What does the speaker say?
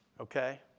okay